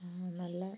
നല്ല